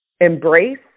Embrace